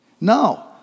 No